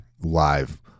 live